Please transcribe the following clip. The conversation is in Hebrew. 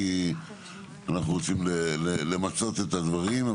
כי אנחנו רוצים למצות את הדברים.